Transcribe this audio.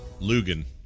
Lugan